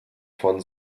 von